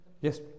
Yes